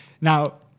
now